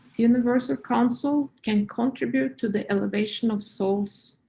universal council can contribute to the elevation of souls,